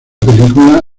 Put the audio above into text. película